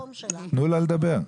תנו לה לדבר.